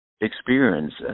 experience